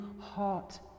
heart